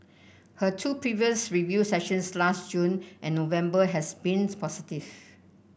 her two previous review sessions last June and November has been positive